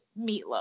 meatloaf